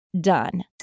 done